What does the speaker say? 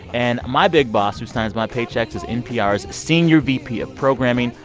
and my big boss who signs my paychecks is npr's senior vp of programming,